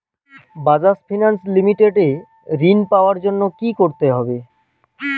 Bajaj finance limited এ ঋন পাওয়ার জন্য কি করতে হবে?